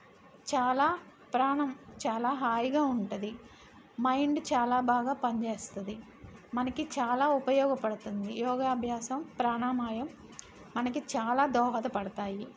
చాలా ప్రాణం చాలా హాయిగా ఉంటుంది మైండ్ చాలా బాగా పనిచేస్తుంది మనకు చాలా ఉపయోగపడుతుంది యోగాభ్యాసం ప్రాణాయామం మనకు చాలా దోహదపడతాయి